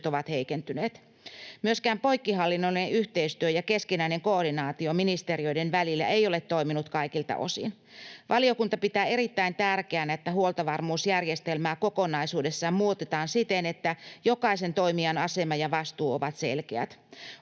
ovat heikentyneet. Myöskään poikkihallinnollinen yhteistyö ja keskinäinen koordinaatio ministeriöiden välillä ei ole toiminut kaikilta osin. Valiokunta pitää erittäin tärkeänä, että huoltovarmuusjärjestelmää kokonaisuudessaan muutetaan siten, että jokaisen toimijan asema ja vastuu ovat selkeät.